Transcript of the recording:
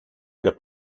alla